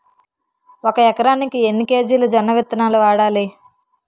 ఒక ఎకరానికి ఎన్ని కేజీలు జొన్నవిత్తనాలు వాడాలి?